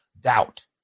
doubt